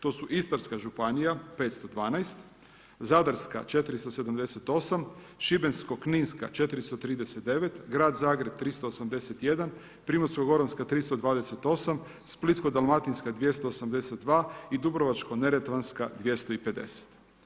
To su Istarska županija – 512, Zadarska – 478, Šibensko-kninska – 439, grad Zagreb- 381, Primorsko-goranska – 328, Splitsko-dalmatinska – 282 i Dubrovačko-neretvanska – 250.